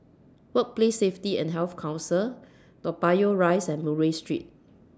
Workplace Safety and Health Council Toa Payoh Rise and Murray Street